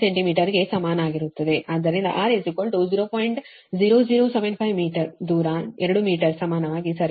0075 metre ದೂರ 2 metre ಸಮಾನವಾಗಿ ಸರಿ